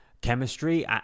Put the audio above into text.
chemistry